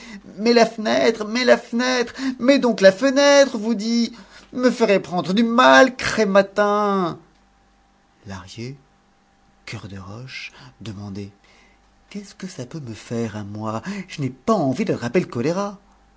mez la fenêtre mez la fenêtre mez donc la fenêtre vous dis me ferez prendre du mal cré mâtin lahrier cœur de roche demandait qu'est-ce que ça peut me faire à moi je n'ai pas envie d'attraper le choléra